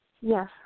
Yes